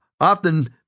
often